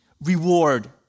reward